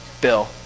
bill